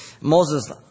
Moses